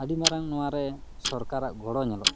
ᱟᱹᱰᱤ ᱢᱟᱨᱟᱝ ᱱᱚᱣᱟ ᱨᱮ ᱥᱚᱨᱠᱟᱨᱟᱜ ᱜᱚᱲᱚ ᱧᱮᱞᱚᱜ ᱠᱟᱱᱟ